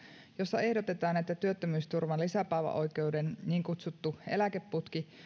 jossa ehdotetaan että työttömyysturvan lisäpäiväoikeuden niin kutsutun eläkeputken